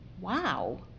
wow